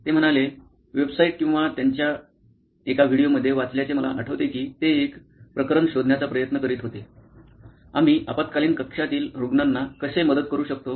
ते म्हणाले वेबसाइट किंवा त्यांच्या एका व्हिडिओमध्ये वाचल्याचे मला आठवते की ते एक प्रकरण शोधण्याचा प्रयत्न करीत होते 'आम्ही आपत्कालीन कक्षातील रूग्णांना कसे मदत करू शकतो